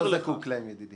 אני לא זקוק להם, ידידי.